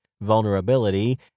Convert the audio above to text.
vulnerability